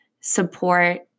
support